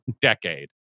decade